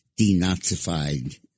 denazified